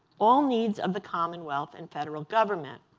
all needs of the commonwealth and federal government.